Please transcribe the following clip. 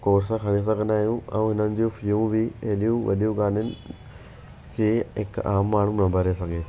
course खणी सघंदा आहियूं ऐं हिननि जूं फ़ीऊं बि हेॾियूं वॾियूं कान आहिनि की हिकु आम माण्हू न भरे सघे